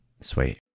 sweet